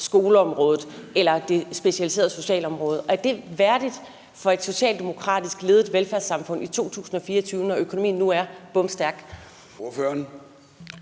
skoleområdet eller det specialiserede socialområde. Er det værdigt for et socialdemokratisk ledet velfærdssamfund i 2024, når økonomien nu er bomstærk?